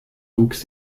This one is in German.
wuchs